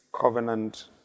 covenant